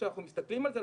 כשאנחנו מסתכלים על זה,